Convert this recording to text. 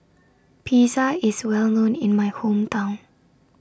Pizza IS Well known in My Hometown